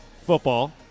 football